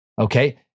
Okay